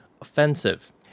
offensive